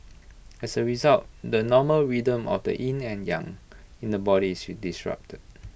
as A result the normal rhythm of the yin and yang in the body is disrupted